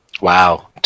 Wow